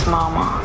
Mama